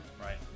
Right